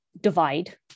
divide